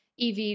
EV